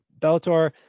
Bellator